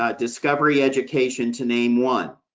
ah discovery education to name one.